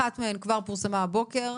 אחת מהן כבר פורסמה הבוקר,